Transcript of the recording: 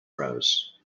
rose